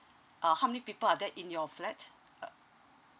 uh how many people are there in your flat uh